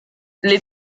les